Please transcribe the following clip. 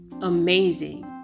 amazing